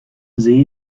see